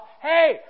hey